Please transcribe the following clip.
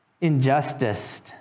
injustice